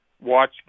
Watch